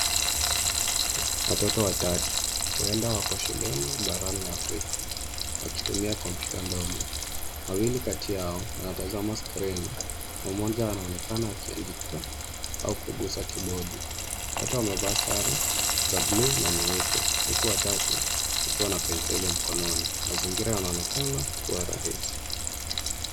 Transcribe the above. Watoto watatu huenda wako shuleni barani Africa wakitumia kompyuta ndogo, wawili kati yao wanatazama skrini na moja anaonekana akiandika au kukusa kibodi, wote wamevaa sare za bluu an nyeupe huku watatu wakiwa na penseli mkononi mazingira yanaonekana kuwa rahisi.